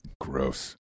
Gross